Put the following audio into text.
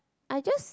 I just